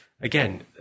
Again